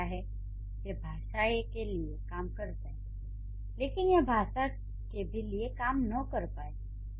हो सकता है ये भाषा ए के लिए काम कर जाएँ लेकिन यह भाषा बी के लिए काम न कर पाएँ